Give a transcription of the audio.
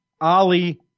Ali